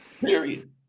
Period